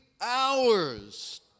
hours